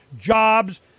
jobs